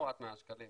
תמורת 100 שקלים.